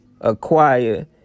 acquire